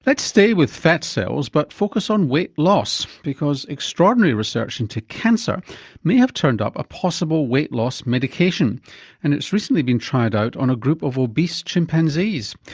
let's stay with fat cells but focus on weight loss because extraordinary research into cancer may have turned up a possible weight loss medication and it's recently been tried out on a group of obese chimpanzees.